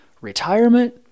retirement